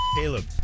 Caleb